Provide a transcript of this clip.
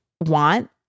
want